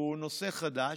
והוא נושא חדש,